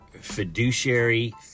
fiduciary